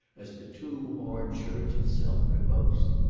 as the two horned church itself could boast.